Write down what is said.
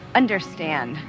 understand